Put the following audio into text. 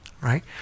Right